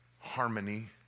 harmony